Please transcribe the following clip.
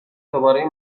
دوباره